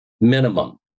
minimum